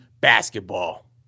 basketball